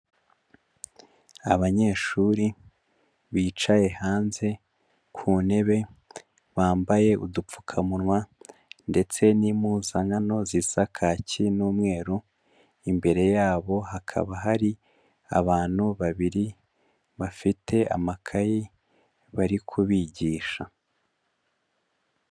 Abanyeshuri bicaye hanze ku ntebe, bambaye udupfukamunwa ndetse n'impuzankano zisa kacyi n'umweru, imbere yabo hakaba hari abantu babiri bafite amakayi bari kubigisha.